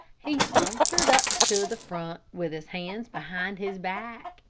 he sauntered up to the front, with his hands behind his back,